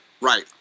Right